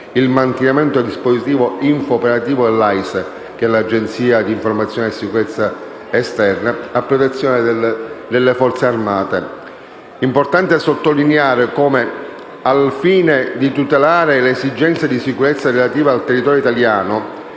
il mantenimento del dispositivo info-operativo dell'Agenzia informazioni e sicurezza esterna (AISE) a protezione delle Forze armate. È importante sottolineare che, al fine di tutelare le esigenze di sicurezza relative al territorio italiano,